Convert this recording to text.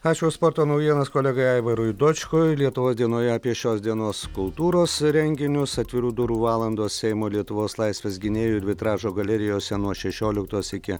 ačiū už sporto naujienas kolegai aivarui dočkui lietuvos dienoje apie šios dienos kultūros renginius atvirų durų valandos seimo lietuvos laisvės gynėjų ir vitražo galerijose nuo šešioliktos iki